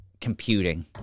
computing